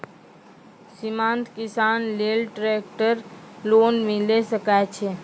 सीमांत किसान लेल ट्रेक्टर लोन मिलै सकय छै?